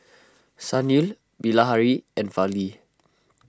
Sunil Bilahari and Fali